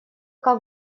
как